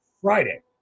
Friday